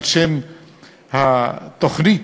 התוכנית,